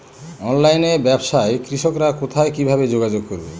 অনলাইনে ব্যবসায় কৃষকরা কোথায় কিভাবে যোগাযোগ করবে?